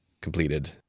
completed